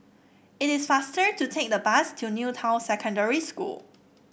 it is faster to take the bus to New Town Secondary School